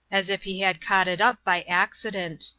as if he had caught it up by accident.